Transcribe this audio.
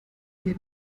dir